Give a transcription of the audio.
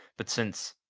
but since